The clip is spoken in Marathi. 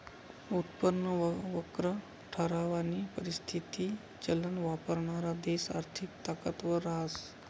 उत्पन्न वक्र ठरावानी परिस्थिती चलन वापरणारा देश आर्थिक ताकदवर रहास